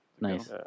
Nice